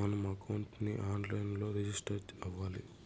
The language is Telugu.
మనం అకౌంట్ ని ఆన్ లైన్ లో రిజిస్టర్ అవ్వాలి